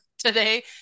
today